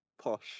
posh